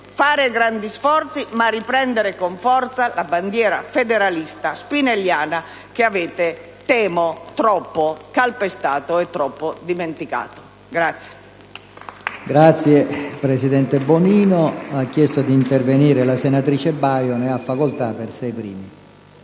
grandi sforzi, ma anche riprendere con forza la bandiera federalista spinelliana che avete, temo, troppo calpestato e dimenticato.